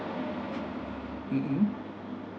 mmhmm